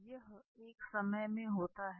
यह एक समय में होता है